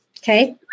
Okay